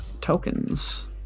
tokens